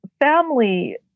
family